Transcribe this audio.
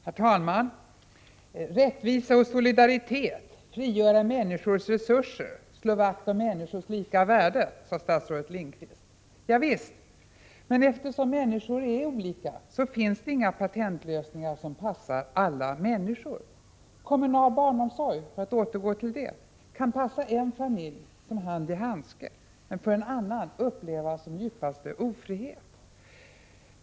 Herr talman! Stadsrådet Lindqvist talade om rättvisa och solidaritet, om att frigöra människors resurser, om att slå vakt om människors lika värde. Ja visst, men eftersom människor är olika finns det inga patentlösningar som passar alla människor. Kommunal barnomsorg, för att återgå till det, kan passa en familj som hand i handske men för en annan upplevas som djupaste ofrihet.